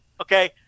Okay